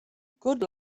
good